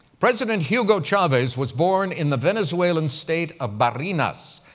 president hugo chavez was born in the venezuelan state of barinas,